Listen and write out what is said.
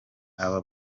aba